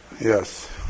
Yes